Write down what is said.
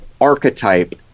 archetype